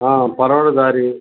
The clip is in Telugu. పడమట దారి